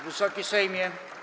Wysoki Sejmie!